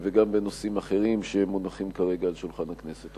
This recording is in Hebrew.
וגם בטיפול בנושאים אחרים שמונחים כרגע על שולחן הכנסת.